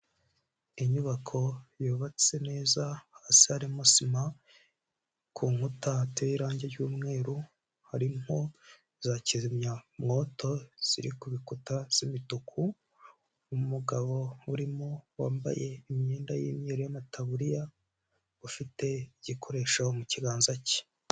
Inyubako yubatse neza, hasi harimo sima, ku nkuta hateye irangi ry'umweru, harimo za kizimyamwoto, ziri ku bikuta z'umutuku, umugabo urimo wambaye imyenda y'imyeru y'amataburiya, ufite igikoresho mu kiganza cye.